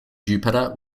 jupiter